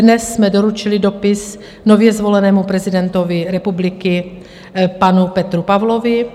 Dnes jsme doručili dopis nově zvolenému prezidentovi republiky panu Petru Pavlovi.